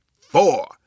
four